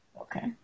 Okay